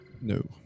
No